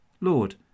Lord